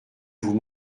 vous